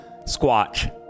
squatch